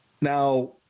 now